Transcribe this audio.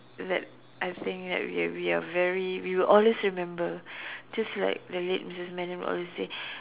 that I think that we are we are very we will always remember just like the late Missus Madam Alice say